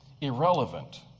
irrelevant